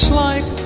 life